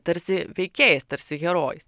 tarsi veikėjais tarsi herojais